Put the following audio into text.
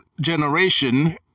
generation